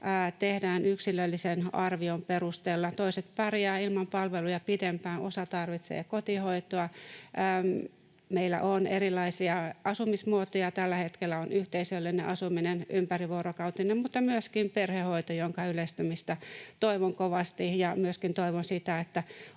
tehdään yksilöllisen arvion perusteella. Toiset pärjäävät ilman palveluja pidempään, osa tarvitsee kotihoitoa. Meillä on erilaisia asumismuotoja tällä hetkellä. On yhteisöllinen asuminen, ympärivuorokautinen, mutta myöskin perhehoito, jonka yleistymistä toivon kovasti. Myöskin toivon sitä, että